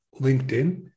LinkedIn